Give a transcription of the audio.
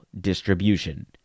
distribution